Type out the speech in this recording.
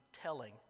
telling